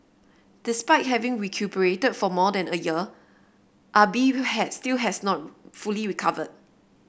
despite having recuperated for more than a year Ah Bi has still has not fully recovered